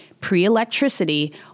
pre-electricity